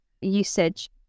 usage